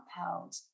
upheld